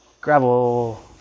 gravel